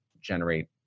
generate